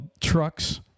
trucks